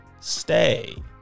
stay